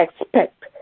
expect